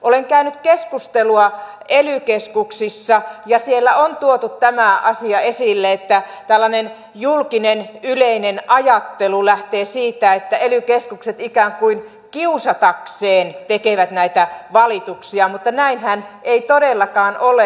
olen käynyt keskustelua ely keskuksissa ja siellä on tuotu tämä asia esille että tällainen julkinen yleinen ajattelu lähtee siitä että ely keskukset ikään kuin kiusatakseen tekevät näitä valituksia mutta näinhän ei todellakaan ole